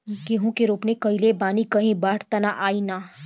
गेहूं के रोपनी कईले बानी कहीं बाढ़ त ना आई ना?